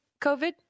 covid